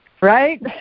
Right